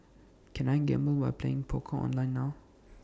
can I gamble by playing poker online now